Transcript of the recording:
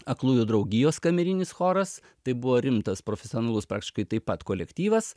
aklųjų draugijos kamerinis choras tai buvo rimtas profesionalus praktiškai taip pat kolektyvas